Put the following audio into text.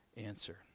answer